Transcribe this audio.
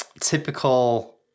typical